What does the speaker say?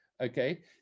Okay